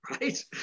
right